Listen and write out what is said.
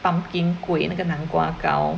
pumpkin kueh 那个南瓜糕